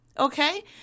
Okay